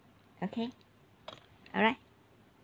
okay alright